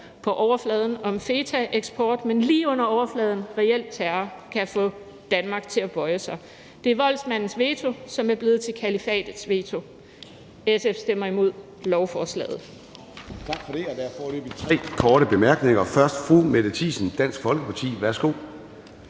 på overfladen handler om fetaeksport, men som lige under overfladen reelt handler om terror, kan få Danmark til at bøje sig. Det er voldsmandens veto, som er blevet til kalifatets veto. SF stemmer imod lovforslaget.